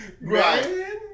Right